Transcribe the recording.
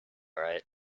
right